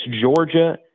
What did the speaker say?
Georgia